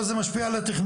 כל זה משפיע על התכנון,